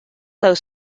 those